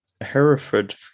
Hereford